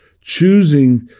choosing